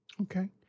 Okay